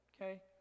okay